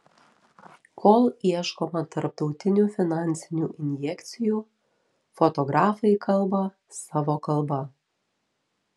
kol ieškoma tarptautinių finansinių injekcijų fotografai kalba savo kalba